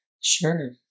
Sure